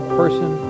person